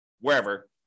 wherever